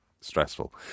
stressful